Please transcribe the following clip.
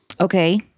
okay